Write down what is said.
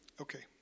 okay